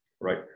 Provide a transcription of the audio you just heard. right